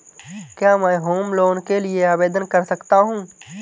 क्या मैं home loan के लिए आवेदन कर सकता हूं?